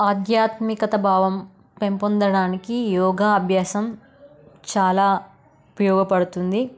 ఆధ్యాత్మిక భావం పెంపొందడానికి యోగా అభ్యాసం చాలా ఉపయోగపడుతుంది